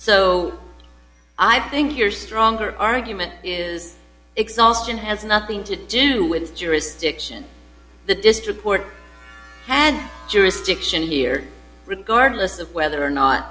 so i think you're stronger argument is exhaustion has nothing to do with jurisdiction the district court had jurisdiction here regardless of whether or not